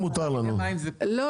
הרשימה הערבית המאוחדת): לא,